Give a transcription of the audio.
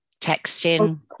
Texting